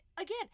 Again